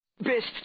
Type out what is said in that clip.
Best